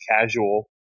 casual